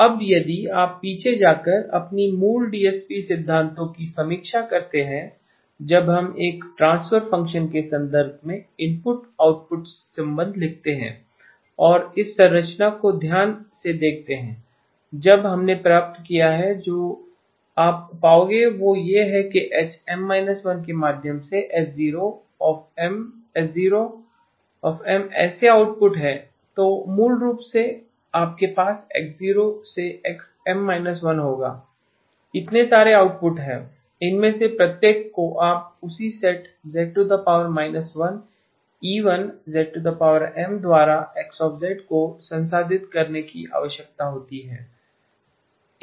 अब यदि आप पीछे जाकर अपने मूल डीएसपी सिद्धांतों की समीक्षा करते हैं जब हम एक ट्रांसफर फ़ंक्शन के संदर्भ में इनपुट आउटपुट संबंध लिखते हैं और इस संरचना को ध्यान से देखते हैं जो हमने प्राप्त किया है जो आप पाओगे वह यह है की HM−1 के माध्यम से H0 M ऐसे आउटपुट हैं तो मूल रूप से आपके पास X0 से XM−1 होगा इतने सारे आउटपुट हैं इनमें से प्रत्येक को आपको उसी सेट z−1 E1 द्वारा X को संसाधित करने की आवश्यकता होती है